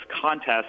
contest